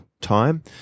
Time